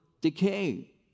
decay